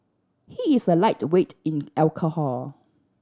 he is a lightweight in alcohol